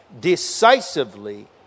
Decisively